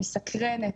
מסקרנת.